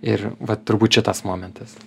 ir vat turbūt šitas momentas